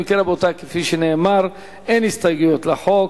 אם כן, רבותי, כפי שנאמר, אין הסתייגויות לחוק.